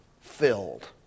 filled